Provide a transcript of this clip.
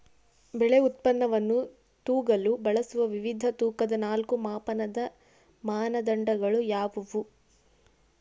ಬೆಳೆ ಉತ್ಪನ್ನವನ್ನು ತೂಗಲು ಬಳಸುವ ವಿವಿಧ ತೂಕದ ನಾಲ್ಕು ಮಾಪನದ ಮಾನದಂಡಗಳು ಯಾವುವು?